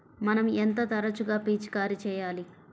మనం ఎంత తరచుగా పిచికారీ చేయాలి?